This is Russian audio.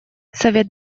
совет